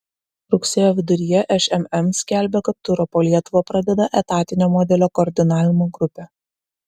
rugsėjo viduryje šmm skelbė kad turą po lietuvą pradeda etatinio modelio koordinavimo grupė